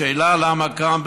השאלה למה כאן,